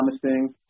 promising